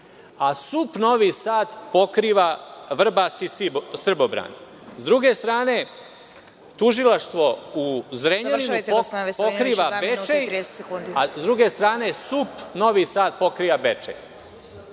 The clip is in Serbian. a SUP Novi Sad pokriva Vrbas i Srbobran. S druge strane, tužilaštvo u Zrenjaninu pokriva Bečej, a sa druge strane SUP Novi Sad pokriva Bečej.